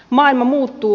maailma muuttuu